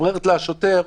אומרת לה השוטרת,